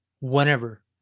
whenever